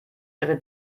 ihre